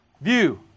view